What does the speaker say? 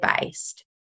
based